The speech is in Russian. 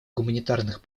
гуманитарных